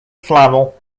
flannel